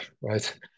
right